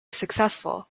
successful